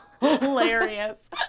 hilarious